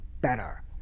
better